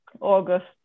August